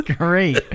great